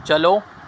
چلو